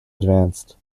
advanced